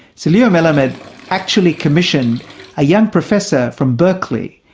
so leo melamed actually commissioned a young professor from berkeley,